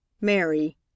Mary